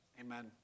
Amen